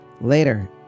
Later